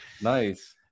Nice